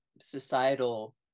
societal